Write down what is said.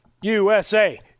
USA